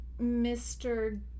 Mr